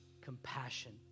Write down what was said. compassion